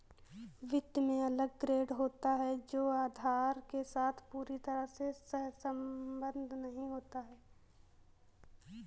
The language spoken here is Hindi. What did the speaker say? वित्त में अलग ग्रेड होता है जो आधार के साथ पूरी तरह से सहसंबद्ध नहीं होता है